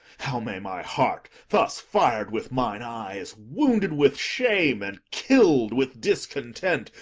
how may my heart, thus fired with mine eyes, wounded with shame and kill'd with discontent,